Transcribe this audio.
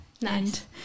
nice